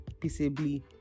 peaceably